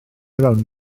rownd